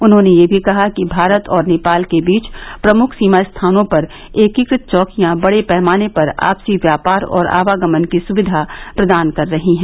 उन्होंने यह भी कहा कि भारत और नेपाल के बीच प्रमुख सीमा स्थानों पर एकीकृत चौकियां बडे पैमाने पर आपसी व्यापार और आवागमन की सुविधा प्रदान कर रही हैं